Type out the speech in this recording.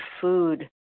food